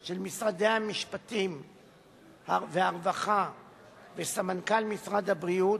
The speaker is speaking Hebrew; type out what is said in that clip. של משרד המשפטים ומשרד הרווחה וסמנכ"ל משרד הבריאות,